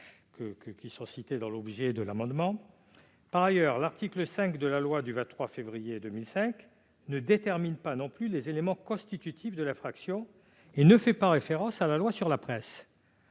arrêts dans l'objet de cet amendement. Par ailleurs, l'article 5 de la loi précitée ne détermine pas les éléments constitutifs de l'infraction et ne fait pas référence à la loi sur la presse.